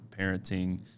parenting